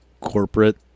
corporate